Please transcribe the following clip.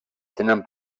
tenen